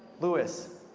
louis